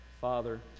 Father